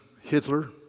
Hitler